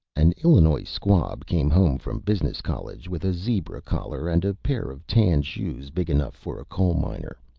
an illinois squab came home from business college with a zebra collar and a pair of tan shoes big enough for a coal miner.